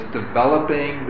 developing